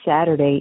Saturday